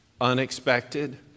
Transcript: Unexpected